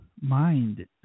mind